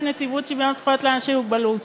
בנציבות שוויון זכויות לאנשים עם מוגבלות,